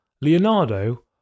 Leonardo